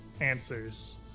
answers